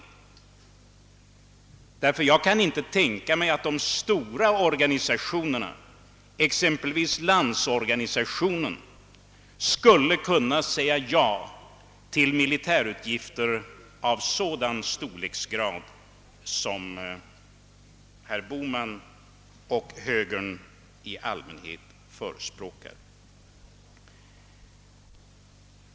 Jag kan nämligen inte tänka mig att de stora organisationerna, exempelvis Landsorganisationen, skulle kunna vilja vara med om militärutgifter av sådan storlek som herr Bohman och högern i allmänhet förespråkar.